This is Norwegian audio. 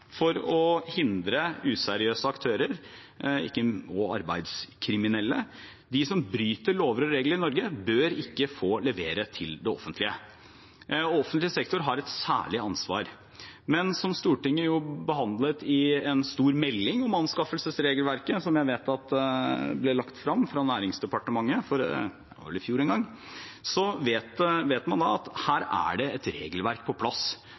for å hindre useriøse aktører og arbeidslivskriminelle. De som bryter lover og regler i Norge, bør ikke få levere til det offentlige, og offentlig sektor har et særlig ansvar. Men ettersom Stortinget har behandlet en stor melding om anskaffelsesregelverket, som jeg vet ble lagt frem fra Næringsdepartementet – det var vel i fjor en gang – vet man at her er det et regelverk på plass.